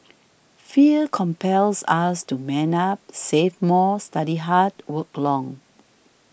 fear compels us to man up save more study hard work long